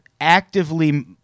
actively